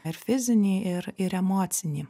ar fizinį ir ir emocinį